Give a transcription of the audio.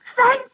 Thank